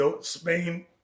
Spain